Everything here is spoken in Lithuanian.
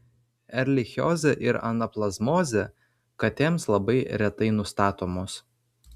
erlichiozė ir anaplazmozė katėms labai retai nustatomos